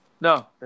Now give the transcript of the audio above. No